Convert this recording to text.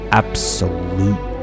absolute